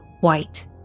white